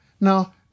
Now